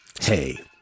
Hey